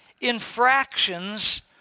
infractions